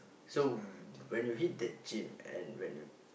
so when you hit the gym and when the